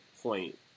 point